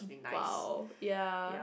!wow! ya